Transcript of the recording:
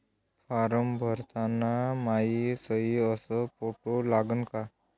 Form भरताना मायी सयी अस फोटो लागन का?